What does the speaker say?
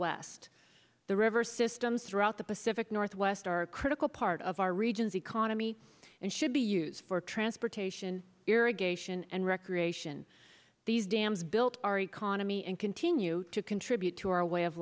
west the river systems throughout the pacific northwest are a critical part of our region's economy and should be used for transportation irrigation and recreation these dams built our economy and continue to contribute to our way of